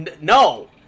no